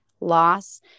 loss